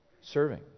Serving